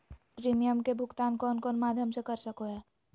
Premium के भुक्तान कौन कौन माध्यम से कर सको है?